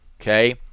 Okay